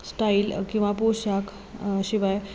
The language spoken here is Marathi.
स्टाईल किंवा पोशाख शिवाय